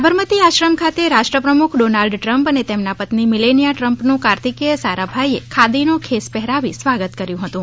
સાબરમતી આશ્રમ ખાતે રાષ્ટ્રપ્રમુખ Donald Trump અને તેમના પત્ની મિલેનિયા ટ્રમ્પનુ કાર્તિકેય સારાભાઇ એ ખાદીનો ખેસ પહેરાવી સ્વાગત કર્યું હતું